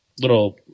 little